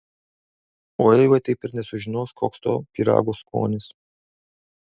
o eiva taip ir nesužinos koks to pyrago skonis